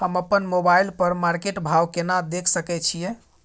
हम अपन मोबाइल पर मार्केट भाव केना देख सकै छिये?